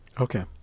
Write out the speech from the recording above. Okay